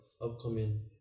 upcoming